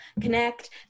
connect